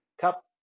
Cup